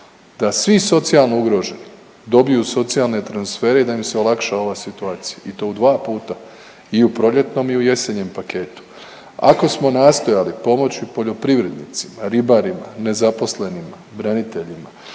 da svi socijalno ugroženi dobiju socijalne transfere i da im se olakša ova situacija i to u dva puta i u proljetnom i u jesenjem paketu, ako smo nastojali pomoći poljoprivrednicima, ribarima, nezaposlenima, braniteljima,